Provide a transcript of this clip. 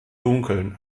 dunkeln